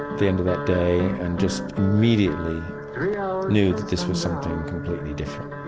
the end of that day and just immediately yeah knew that this was something completely different.